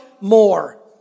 more